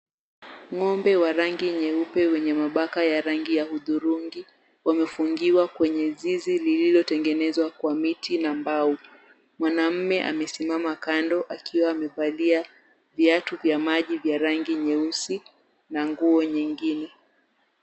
Ng'ombe wa rangi nyeupe wenye mabaka ya rangi ya hudhurungi wamefungiwa kwenye zizi lililotengenezwa kwa miti na mbao. Mwanaume amesimama kando akiwa amevalia viatu vya maji vya rangi nyeusi na nguo nyingine.